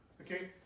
Okay